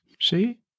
See